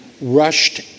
rushed